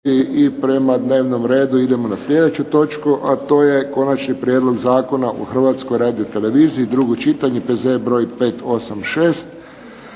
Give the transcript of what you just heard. I prema dnevnom redu idemo na sljedeću točku, a to je - Konačni prijedlog zakona o Hrvatskoj radioteleviziji, drugo čitanje, P.Z.E. br. 586.